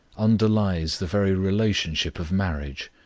underlies the very relationship of marriage,